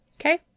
Okay